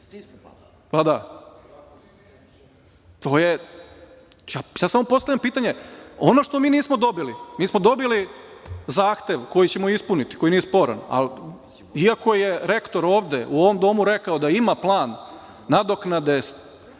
da leže dvojica. Samo postavljam pitanje. Ono što mi nismo dobili. Mi smo dobili zahtev koji ćemo ispuniti, koji nije sporan, ali iako je rektor ovde u ovom domu rekao da ima plan nadoknade,